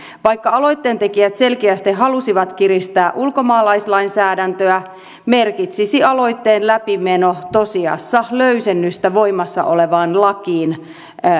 vaikka aloitteen tekijät selkeästi halusivat kiristää ulkomaalaislainsäädäntöä merkitsisi aloitteen läpimeno tosiasiassa löysennystä voimassa olevaan lakiin